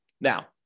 Now